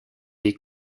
des